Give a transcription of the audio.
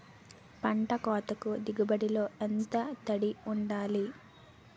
పంట కోతకు దిగుబడి లో ఎంత తడి వుండాలి?